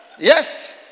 Yes